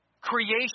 Creation